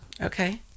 Okay